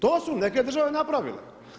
To su neke države napravile.